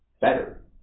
better